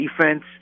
defense